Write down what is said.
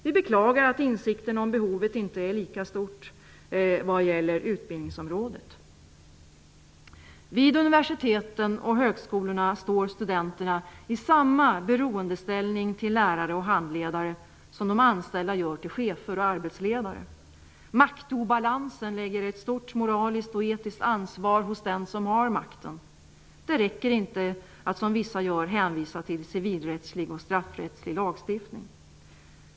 Vi beklagar att insikten om behovet inte är lika stor vad gäller utbildningsområdet. Vid universiteten och högskolorna står studenterna i samma beroendeställning till lärare och handledare som de anställda gör till chefer och arbetsledare. Maktobalansen lägger ett stort moraliskt och etiskt ansvar hos den som har makten. Det räcker inte att, som vissa gör, hänvisa till civilrättslig och straffrättslig lagstiftning.